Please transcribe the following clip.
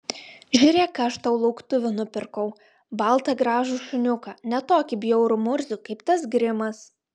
žiūrėk ką aš tau lauktuvių nupirkau baltą gražų šuniuką ne tokį bjaurų murzių kaip tas grimas